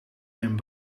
een